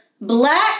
black